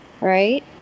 right